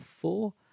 four